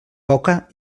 poca